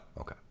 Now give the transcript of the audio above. okay